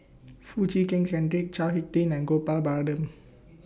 Foo Chee Keng Cedric Chao Hick Tin and Gopal Baratham